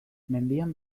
mendian